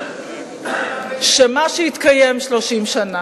שמה שהתקיים 30 שנה,